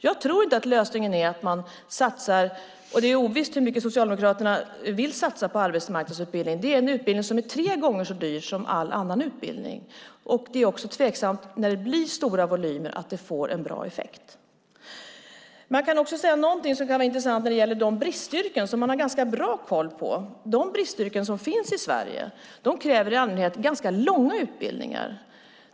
Det är ovisst hur mycket Socialdemokraterna vill satsa på arbetsmarknadsutbildning. Det är en utbildning som är tre gånger så dyr som all annan utbildning. Det är också tveksamt när det blir stora volymer att den får en bra effekt. Det finns en del som är intressant angående de bristyrken som finns i Sverige. Det är något som det finns bra koll på. De kräver i allmänhet långa utbildningar.